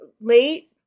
late